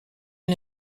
est